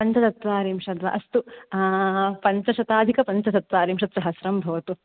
पञ्चचत्वारिंशद् वा अस्तु पञ्चशताधिकपञ्चचत्वारिंशत् सहस्रं भवतु